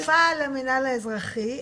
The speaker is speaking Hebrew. היא כפופה למנהל האזרחי,